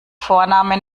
vorname